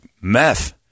meth